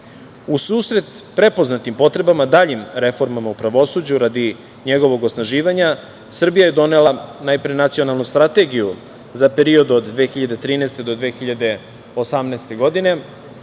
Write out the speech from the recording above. susret prepoznatim potrebama daljim reformama u pravosuđu radi njegovog osnaživanja, Srbija je donela najpre Nacionalnu strategiju za period od 2013. do 2018. godine,